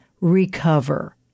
recover